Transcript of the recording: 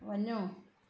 वञो